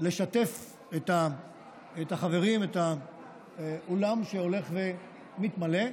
לשתף את החברים, את האולם שהולך ומתמלא,